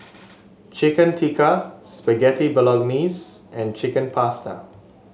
Chicken Tikka Spaghetti Bolognese and Chicken Pasta